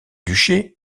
duché